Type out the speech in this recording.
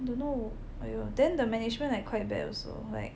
don't know aiyo then the management like quite bad also like